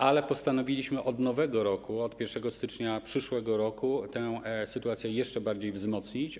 Ale postanowiliśmy od Nowego Roku, od 1 stycznia przyszłego roku tę sytuację jeszcze bardziej wzmocnić.